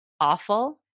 awful